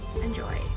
enjoy